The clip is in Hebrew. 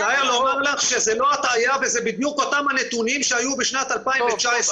מצטער לומר לך שזה לא הטעיה וזה בדיוק אותם הנתונים שהיו בשנת 2019,